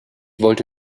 wollte